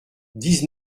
dix